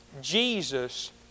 Jesus